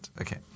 Okay